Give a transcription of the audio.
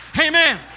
Amen